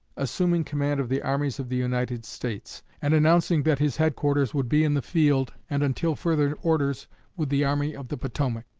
assuming command of the armies of the united states, and announcing that his headquarters would be in the field and until further orders with the army of the potomac.